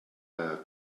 have